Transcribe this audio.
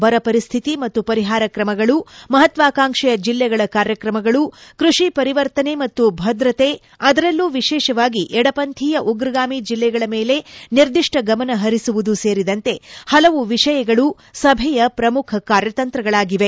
ಬರ ಪರಿಶ್ಮಿತಿ ಮತ್ತು ಪರಿಪಾರ ಕ್ರಮಗಳು ಮಹತ್ವಾಕಾಂಕ್ಷೆಯ ಜಿಲ್ಲೆಗಳ ಕಾರ್ಯಕ್ರಮಗಳು ಕ್ಕಷಿ ಪರಿವರ್ತನೆ ಮತ್ತು ಭದ್ರತೆ ಅದರಲ್ಲೂ ವಿಶೇಷವಾಗಿ ಎಡಪಂಥೀಯ ಉಗ್ರಗಾಮಿ ಜಿಲ್ಲೆಗಳ ಮೇಲೆ ನಿರ್ದಿಷ್ಟ ಗಮನ ಪರಿಸುವುದು ಸೇರಿದಂತೆ ಪಲವು ವಿಷಯಗಳು ಸಭೆಯ ಪ್ರಮುಖ ಕಾರ್ಯತಂತ್ರಗಳಾಗಿವೆ